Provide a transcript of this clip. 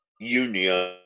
union